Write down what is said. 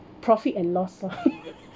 profit and loss lor